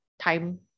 Time